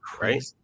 right